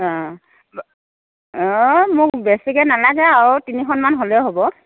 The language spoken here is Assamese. আ অ মোক বেছিকৈ নেলাগে আৰু তিনিখনমান হ'লেও হ'ব